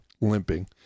limping